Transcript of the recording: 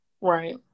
Right